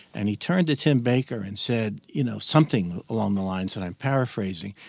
and he turned to tim baker and said you know, something along the lines and i'm paraphrasing,